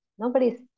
Nobody's